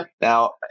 Now